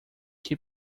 que